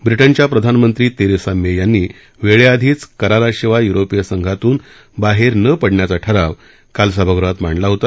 ब्रिटनच्या प्रधानमंत्री Theresa May यांनी वेळेआधीच कराराशिवाय युरोपीय संघातून बाहेर न पडण्याचा ठराव काल सभागृहात मांडला होता